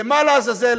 למה לעזאזל